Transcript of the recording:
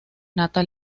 nata